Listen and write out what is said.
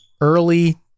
Early